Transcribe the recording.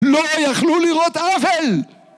לא יכלו לראות עוול!